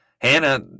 hannah